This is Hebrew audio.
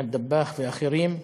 אחמד דבאח ואחרים,